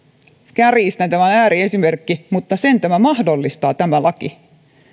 kärjistän tämä on ääriesimerkki mutta sen tämä laki mahdollistaa